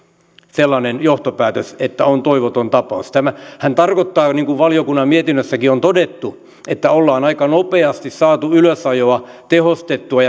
sellainen johtopäätös että on toivoton tapaus tämä tarkoittaa niin kuin valiokunnan mietinnössäkin on todettu että on aika nopeasti saatu ylösajoa tehostettua